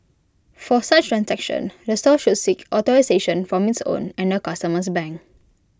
for such transactions the store should seek authorisation from its own and the customer's bank